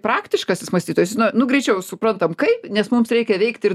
praktiškasis mąstytojus nu nu greičiau suprantam kaip nes mums reikia veikti ir